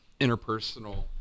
interpersonal